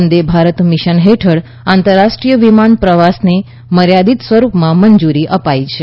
વંદે Bharat mission હેઠળ આંતરરાષ્ટ્રીય વિમાન પ્રવાસને મર્યાદિત સ્વરૂપમાં મંજુરી અપાઈ છે